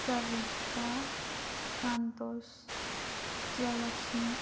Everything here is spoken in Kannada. ಸವಿತಾ ಸಂತೋಷ್ ವಿಜಯಲಕ್ಷ್ಮಿ